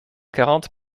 quarante